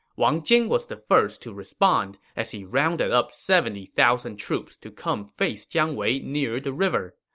wang jing was the first to respond, as he rounded up seventy thousand troops to come face jiang wei near the river.